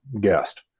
guest